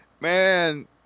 Man